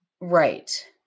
Right